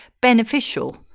beneficial